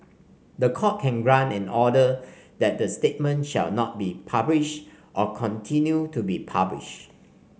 the Court can grant an order that the statement shall not be published or continue to be published